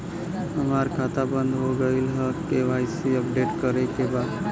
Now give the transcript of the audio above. हमार खाता बंद हो गईल ह के.वाइ.सी अपडेट करे के बा?